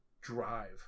drive